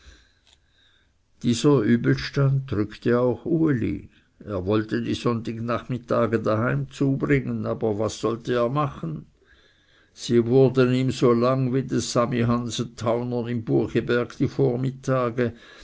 dieser übelstand drückte auch uli er wollte die sonntagnachmittage daheim zubringen aber was sollte er machen sie wurden ihm so lang wie des samihanse taunern im buchiberg die vormittage